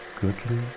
Goodly